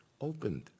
opened